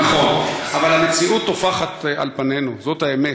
נכון, אבל המציאות טופחת על פנינו, זאת האמת.